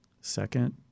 second